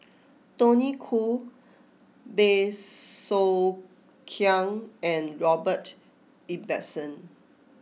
Tony Khoo Bey Soo Khiang and Robert Ibbetson